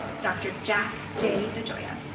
dr. jack j. degioia.